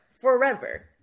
forever